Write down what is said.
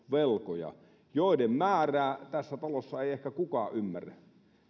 velkoja joiden määrää tässä talossa ei ehkä kukaan ymmärrä